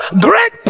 great